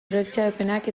oroitzapenak